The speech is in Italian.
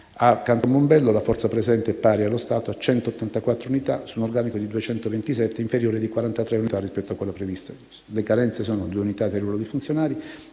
A Canton Mombello, la forza presente, pari, allo stato, a 184 unità su un organico di 227, inferiore di 43 unità rispetto a quello previsto. Le carenze sono di 2 unità nel ruolo dei funzionari,